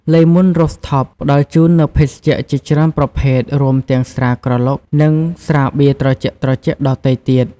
លេ មូន រូហ្វថប (Le Moon Rooftop) ផ្ដល់ជូននូវភេសជ្ជៈជាច្រើនប្រភេទ រួមទាំងស្រាក្រឡុក និងស្រាបៀរត្រជាក់ៗដទៃទៀត។